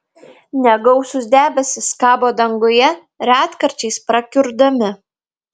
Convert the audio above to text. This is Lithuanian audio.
negausūs debesys kabo danguje retkarčiais prakiurdami